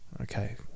okay